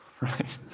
right